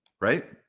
right